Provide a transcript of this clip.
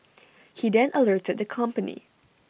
he then alerted the company